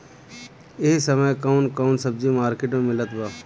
इह समय कउन कउन सब्जी मर्केट में मिलत बा?